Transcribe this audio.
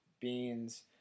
beans